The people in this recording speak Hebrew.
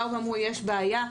באו ואמרו: יש בעיה,